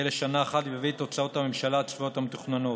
יהיה לשנה אחת ויביא את הוצאות הממשלה הצפויות המתוכננות.